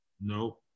No